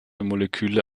moleküle